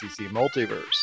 Multiverse